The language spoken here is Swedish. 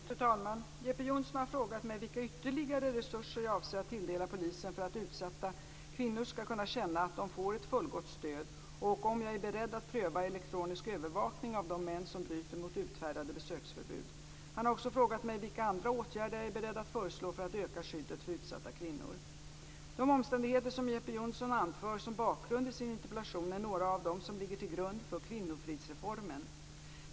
Fru talman! Jeppe Johnsson har frågat mig vilka ytterligare resurser jag avser att tilldela polisen för att utsatta kvinnor skall kunna känna att de får ett fullgott stöd och om jag är beredd att pröva elektronisk övervakning av de män som bryter mot utfärdade besöksförbud. Han har också frågat mig vilka andra åtgärder jag är beredd att föreslå för att öka skyddet för utsatta kvinnor. De omständigheter som Jeppe Johnsson anför som bakgrund i sin interpellation är några av dem som ligger till grund för kvinnofridsreformen.